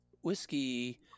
whiskey